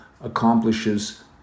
accomplishes